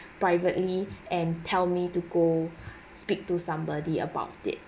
privately and tell me to go speak to somebody about it